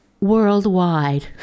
worldwide